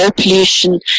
pollution